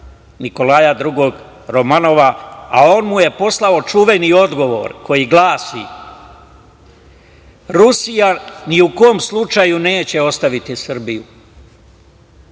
Nikolaja Dugog Romanova, a on mu je poslao čuveni odgovor koji glasi: „Rusija ni u kom slučaju neće ostaviti Srbiju“.Uloga